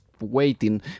waiting